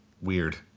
weird